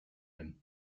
him